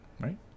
right